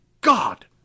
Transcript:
god